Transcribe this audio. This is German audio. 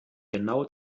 genau